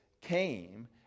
came